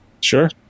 Sure